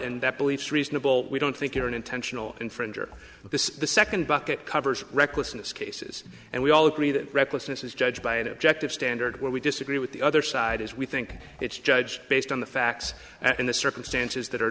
and that beliefs reasonable we don't think you're an intentional infringer this is the second bucket covers recklessness cases and we all agree that recklessness is judged by an objective standard where we disagree with the other side as we think it's judged based on the facts and the circumstances that are